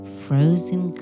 frozen